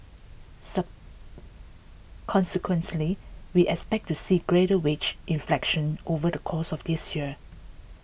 consequently we expect to see greater wage inflation over the course of this year